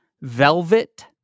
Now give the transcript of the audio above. velvet